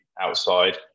outside